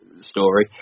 story